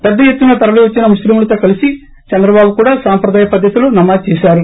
పెద్దయెత్తున తరలివచ్చిన ముస్లింలతో కలిసి చంద్రబాబు కూడా సంప్రదాయ పద్దతిలో నమాజ్ చేశారు